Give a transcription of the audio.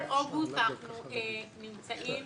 כל אוגוסט אנחנו נמצאים